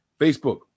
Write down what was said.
Facebook